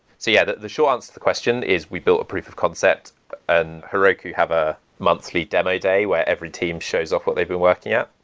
so yeah, the the short answer to the question is we built a proof of concept and heroku have a monthly demo day where every team shows off what they've been working yeah